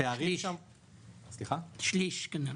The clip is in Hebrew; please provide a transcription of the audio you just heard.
הפערים --- שליש כנראה.